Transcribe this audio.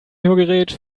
hörgerät